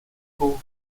who